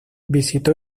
visitó